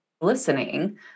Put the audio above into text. listening